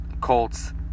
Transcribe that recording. Colts